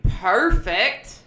Perfect